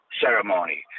ceremony